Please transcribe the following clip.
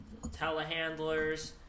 telehandlers